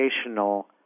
educational